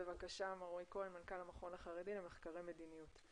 בבקשה מר רועי כהן מנכ"ל המכון החרדי למחקרי מדיניות.